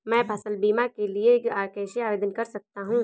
मैं फसल बीमा के लिए कैसे आवेदन कर सकता हूँ?